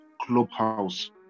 Clubhouse